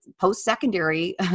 post-secondary